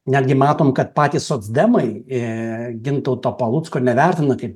netgi matom kad patys socdemai gintauto palucko nevertina kaip